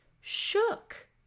shook